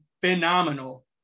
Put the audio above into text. phenomenal